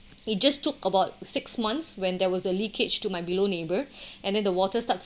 he just took about six months when there was a leakage to my below neighbour and then the water start